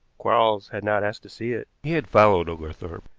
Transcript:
quarles had not asked to see it. he had followed oglethorpe,